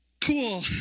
Cool